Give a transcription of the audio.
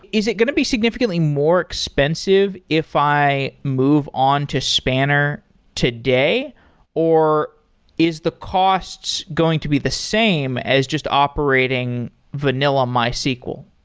is it going to be significantly more expensive if i move on to spanner today or is the costs going to be the same as just operating vanilla mysql?